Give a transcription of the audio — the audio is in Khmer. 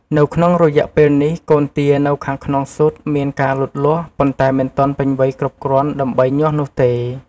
នៅក្នុងរយៈពេលនេះកូនទានៅខាងក្នុងស៊ុតមានការលូតលាស់ ប៉ុន្តែមិនទាន់ពេញវ័យគ្រប់គ្រាន់ដើម្បីញាស់នោះទេ។